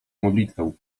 modlitwę